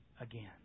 again